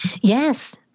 yes